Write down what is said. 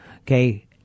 Okay